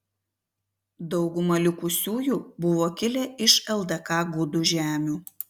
dauguma likusiųjų buvo kilę iš ldk gudų žemių